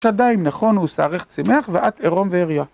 שדיים נכונו, שערך צימח ואת ערום ועריה